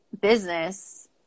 business